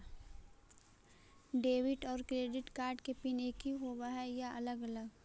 Debit और credit card के pin एकही होव हइ या अलग अलग?